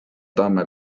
tamme